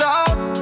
out